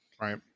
right